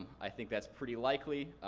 i think that's pretty likely.